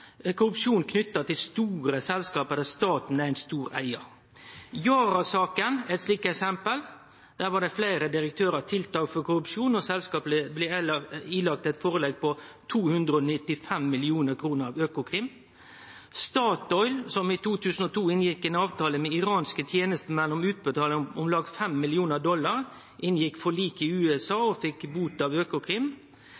korrupsjon knytt til store selskap der staten er ein stor eigar. Yara-saka er eit slikt eksempel. Der blei fleire direktørar tiltalte for korrupsjon, og selskapet fekk eit førelegg på 295 mill. kr av Økokrim. Statoil, som i 2002 inngjekk ein avtale med iranske tenestemenn om utbetaling av om lag 5 mill. dollar, inngjekk forlik i USA